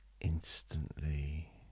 instantly